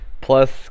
Plus